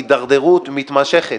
התדרדרות מתמשכת